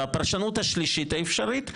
והפרשנות השלישית האפשרית,